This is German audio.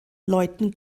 läuten